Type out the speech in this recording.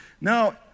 Now